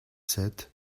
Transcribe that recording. sept